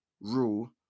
rule